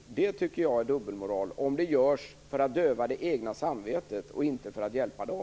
Det tycker jag är dubbelmoral, om det görs för att döva det egna samvetet och inte för att hjälpa dem.